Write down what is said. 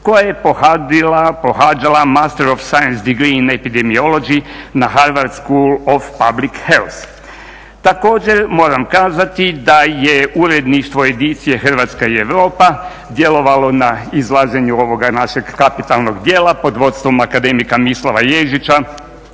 koja je pohađala Master of science degree epidemiology na Harvard school of publich health. Također moram kazati da je uredništvo edicije Hrvatska i Europa djelovalo na izlaženju ovoga našeg kapitalnoga djela pod vodstvom akademika Mislava Ježića